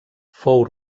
fou